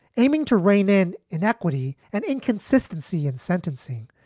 aiming to rein in inequity and inconsistency in sentencing,